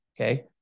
Okay